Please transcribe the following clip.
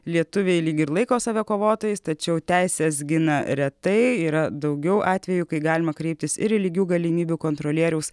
lietuviai lyg ir laiko save kovotojais tačiau teises gina retai yra daugiau atvejų kai galima kreiptis ir į lygių galimybių kontrolieriaus